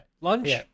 Lunch